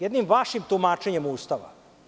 Jednim vašim tumačenjem Ustava.